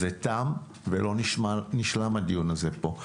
זה תם ולא נשלם הדיון הזה פה.